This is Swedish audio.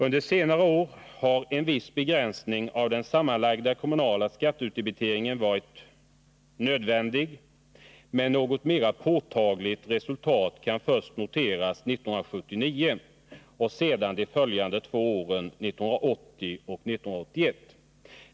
Under senare år har en viss begränsning av den sammanlagda kommunala skatteutdebiteringen varit nödvändig, men något mera påtagligt resultat kan först noteras 1979 och sedan de följande två åren 1980 och 1981.